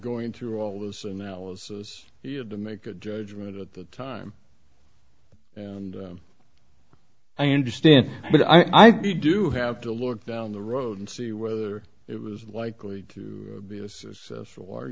going through all this analysis he had to make a judgment at the time and i understand but i'd be do have to look down the road and see whether it was likely to be a success